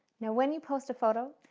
now when you post a photo,